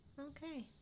okay